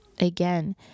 Again